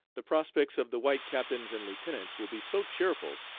the prospects of the white captains and lieutenants will be so cheerful,